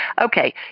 Okay